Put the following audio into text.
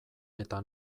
eta